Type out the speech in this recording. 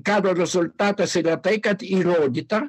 karo rezultatas yra tai kad įrodyta